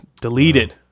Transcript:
deleted